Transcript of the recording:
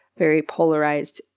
very polarized,